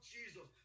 Jesus